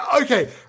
Okay